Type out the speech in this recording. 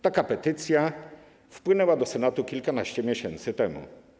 Taka petycja wpłynęła do Senatu kilkanaście miesięcy temu.